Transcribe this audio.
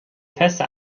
feste